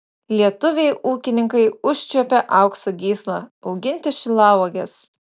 lietuviai ūkininkai užčiuopė aukso gyslą auginti šilauoges